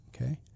Okay